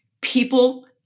People